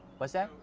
what's that?